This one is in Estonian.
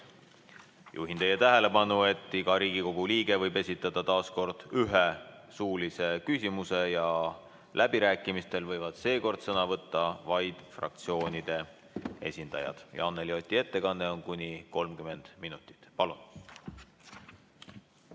Juhin teie tähelepanu, et iga Riigikogu liige võib esitada ühe suulise küsimuse ja läbirääkimistel võivad seekord sõna võtta vaid fraktsioonide esindajad. Anneli Oti ettekanne on kuni 30 minutit. Palun!